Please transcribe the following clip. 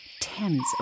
tens